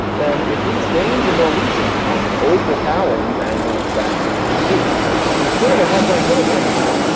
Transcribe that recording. then if these danes and norwegians come and overpower these anglo-saxons and jews and it's clear they weren't very good at learning english,